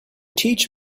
teach